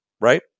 Right